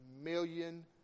Million